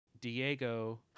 Diego